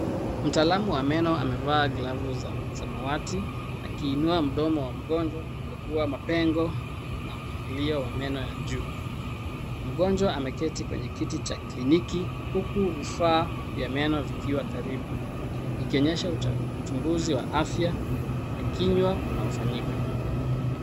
Mtaalamu wa meno amevaa glavu za samawati akiinua mdomo wa mgonjwa, ukiwa na mapengo na mpangilio wa meno ya juu. Mgonjwa ameketi kwenye kiti cha kliniki huku vifaa vya meno vikiwa karibu. Ikionyesha uchunguzi wa afya ya kinywa unaofanyika.